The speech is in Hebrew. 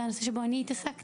זה נושא שאני התעסקתי,